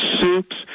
soups